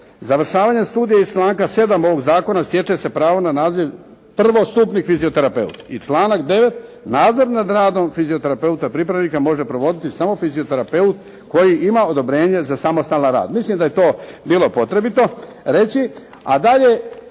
“Završavanjem studija iz članka 7. ovog Zakona stječe se pravo na naziv prvostupnik fizioterapeut“. I članak 9. “Nadzor nad radom fizioterapeuta pripravnika može provoditi samo fizioterapeut koji ima odobrenje za samostalan rad.“ Mislim da je to bilo potrebito reći, a dalje